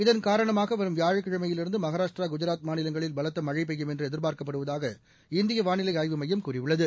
இதன் காரணமாகவரும் வியாழக்கிழமையில் இருந்துமகாராஷ்டிரா குஜராத் மாநிலங்களில் பலத்தமழைபெய்யும் என்றுஎதிர்பார்க்கப்படுவதாக இந்தியவானிலைஆய்வுமையம் கூறியுள்ளது